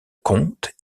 comte